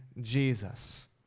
Jesus